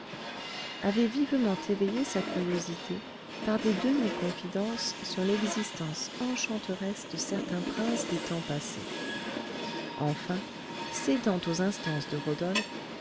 avait vivement éveillé sa curiosité par des demi confidences sur l'existence enchanteresse de certains princes des temps passés enfin cédant aux instances de rodolphe